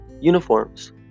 uniforms